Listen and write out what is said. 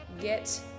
get